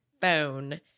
bone